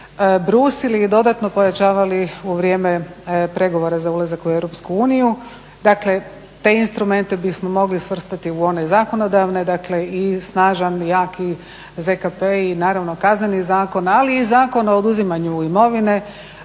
brusili i dodatno pojačavali u vrijeme pregovora za ulazak u Europsku uniju. Dakle, te instrumente bismo mogli svrstati u one zakonodavne, dakle i snažan, jaki ZKP i naravno Kazneni zakon, ali i Zakon o oduzimanju imovine,